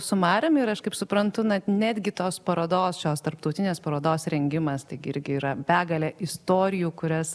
su marium ir aš kaip suprantu na netgi tos parodos šios tarptautinės parodos rengimas taigi irgi yra begalė istorijų kurias